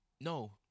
no